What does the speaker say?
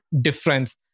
difference